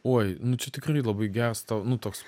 oj nu čia tikrai labai geras tau nu toks